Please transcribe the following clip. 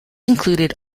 included